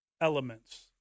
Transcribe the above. elements